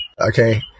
okay